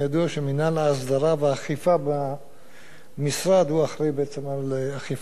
במשרד הוא האחראי בעצם לאכיפת חוקי העבודה.